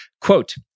Quote